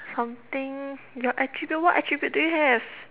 something your attribute what attribute do you have